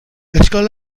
اشکال